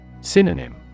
Synonym